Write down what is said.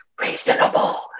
reasonable